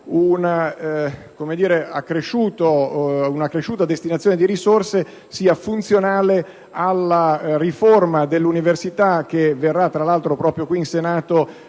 una accresciuta destinazione di risorse sia funzionale alla riforma dell'università, che arriverà tra l'altro proprio qui in Senato